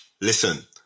listen